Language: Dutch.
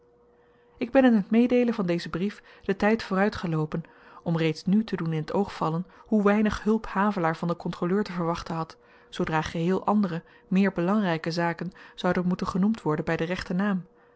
ik ben in t meedeelen van dezen brief den tyd vooruitgeloopen om reeds nu te doen in t oog vallen hoe weinig hulp havelaar van den kontroleur te verwachten had zoodra geheel andere meer belangryke zaken zouden moeten genoemd worden by den rechten naam